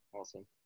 Awesome